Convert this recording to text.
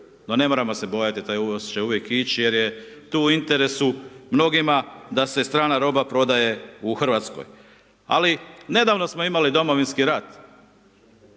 No, ne moramo se bojati, taj uvoz će uvijek ići jer je to u interesu mnogima, da se strana roba prodaje u Hrvatskoj. Ali nedavno smo imali Domovinski rat,